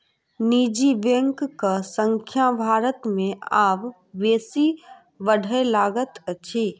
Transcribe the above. निजी बैंकक संख्या भारत मे आब बेसी बढ़य लागल अछि